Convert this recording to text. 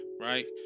right